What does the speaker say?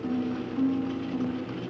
the